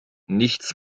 nichts